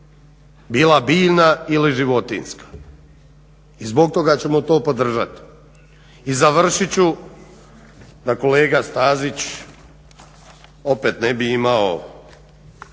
bila biljna ili životinjska. I zbog toga ćemo to podržati. I završit ću, da kolega Stazić opet ne bi imao